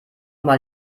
mal